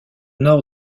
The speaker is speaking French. nord